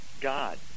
God